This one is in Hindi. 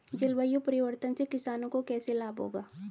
जलवायु परिवर्तन से किसानों को कैसे लाभ होगा?